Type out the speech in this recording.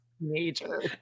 major